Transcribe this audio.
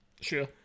Sure